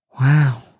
Wow